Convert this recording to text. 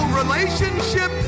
relationship